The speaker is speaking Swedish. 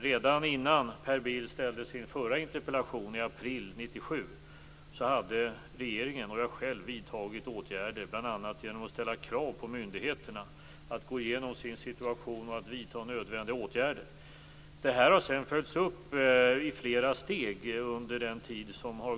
Redan innan Per Bill ställde sin förra interpellation i april 1997 hade regeringen och jag själv vidtagit åtgärder, bl.a. genom att ställa krav på myndigheterna att gå igenom sin situation och vidta nödvändiga åtgärder. Detta har sedan följts upp i flera steg under den tid som gått.